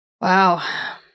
wow